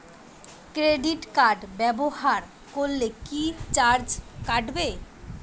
Credit card ব্যাবহার করলে কি চার্জ কাটবে?